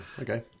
Okay